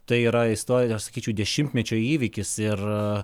tai yra istorinio sakyčiau dešimtmečio įvykis ir